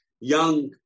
young